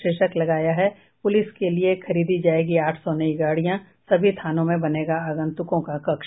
शीर्षक लगाया है पूलिस के लिए खरीदी जायेगी आठ सौ नयी गाड़ियां सभी थानों में बनेगा आगंतुकों का कक्ष